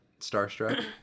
starstruck